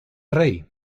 rey